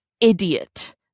idiot